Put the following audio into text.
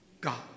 God